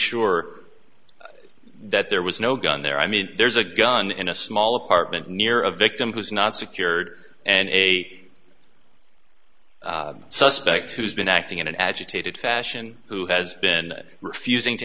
sure that there was no gun there i mean there's a gun in a small apartment near a victim who's not secured and a suspect who's been acting in an agitated fashion who has been refusing to